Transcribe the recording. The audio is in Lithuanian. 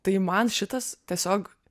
tai man šitas tiesiog